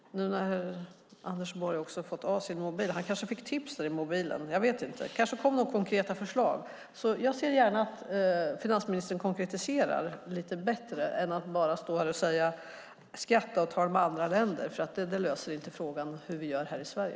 Nu när Anders Borg har stängt av sin mobil - han kanske fick tips i mobilen, det kanske kom några konkreta förslag - ser jag gärna att finansministern konkretiserar lite mer än att bara stå här och tala om skatteavtal med andra länder. Det löser inte frågan om hur vi gör här i Sverige.